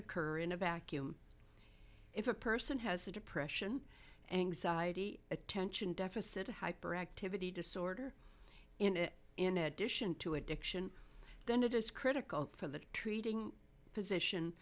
occur in a vacuum if a person has a depression anxiety attention deficit hyperactivity disorder in it in addition to addiction then it is critical for the treating p